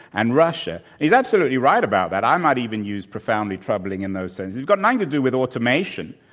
and russia. he's absolutely right about that. i might even use profoundly troubling in those sense. it's got nothing to do with automation.